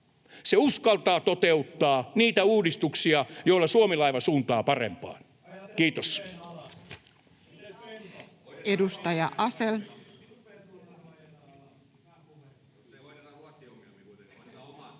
Se uskaltaa toteuttaa niitä uudistuksia, joilla Suomi-laiva suuntaa parempaan. — Kiitos.